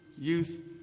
youth